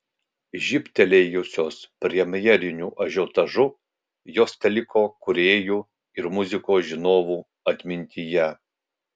žybtelėjusios premjeriniu ažiotažu jos teliko kūrėjų ir muzikos žinovų atmintyje